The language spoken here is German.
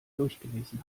durchgelesen